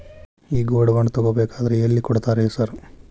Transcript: ಈ gold bond ತಗಾಬೇಕಂದ್ರ ಎಲ್ಲಿ ಕೊಡ್ತಾರ ರೇ ಸಾರ್?